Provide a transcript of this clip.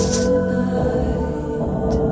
tonight